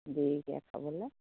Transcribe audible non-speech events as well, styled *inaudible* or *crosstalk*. *unintelligible* খাবলে